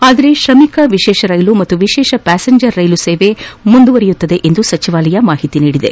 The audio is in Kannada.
ಆದರೆ ಶ್ರಮಿಕ್ ವಿಶೇಷ ರೈಲು ಮತ್ತು ವಿಶೇಷ ಪ್ಯಾಸೆಂಜರ್ ರೈಲು ಸೇವೆ ಮುಂದುವರೆಯಲಿದೆ ಎಂದು ಸಚಿವಾಲಯ ತಿಳಿಸಿದೆ